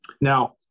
Now